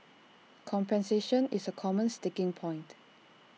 compensation is A common sticking point